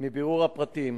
אברהם מיכאלי, בבקשה.